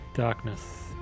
Darkness